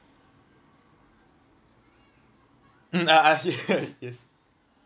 mm I I hear yes